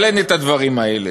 אבל אין את הדברים האלה.